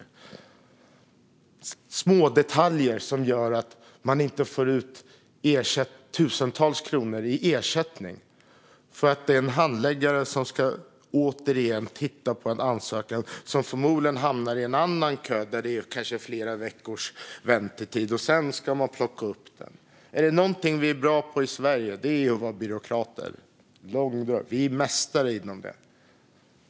Det handlar om små detaljer som gör att man inte får ut en ersättning som är på tusentals kronor på grund av att en handläggare återigen ska titta på en ansökan som förmodligen hamnar i en annan kö där det är flera veckors väntetid. Efter det kan man plocka upp den igen. Om det är något vi är bra på i Sverige är det byråkrati. Vi är mästare inom det.